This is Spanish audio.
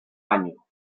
año